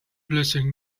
blessing